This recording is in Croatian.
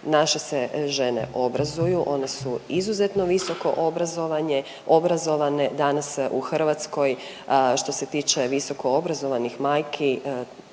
naše se žene obrazuju, one su izuzetno visoko obrazovanje, obrazovane danas u Hrvatskoj, što se tiče visoko obrazovanih majki